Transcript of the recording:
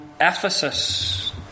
Ephesus